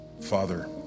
Father